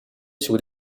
sur